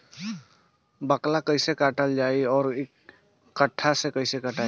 बाकला कईसे काटल जाई औरो कट्ठा से कटाई?